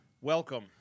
Welcome